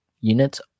units